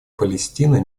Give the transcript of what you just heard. палестина